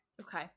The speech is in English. Okay